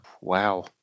Wow